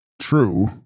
True